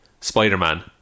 Spider-Man